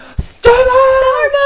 starbucks